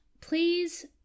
Please